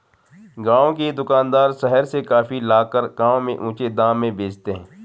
गांव के दुकानदार शहर से कॉफी लाकर गांव में ऊंचे दाम में बेचते हैं